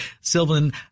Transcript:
Sylvan